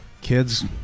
kids